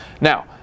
Now